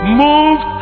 move